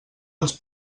els